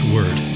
Word